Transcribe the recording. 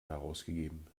herausgegeben